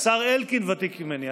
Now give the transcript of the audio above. השר אלקין ותיק ממני,